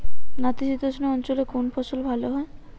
নাতিশীতোষ্ণ অঞ্চলে কোন ফসল ভালো হয়?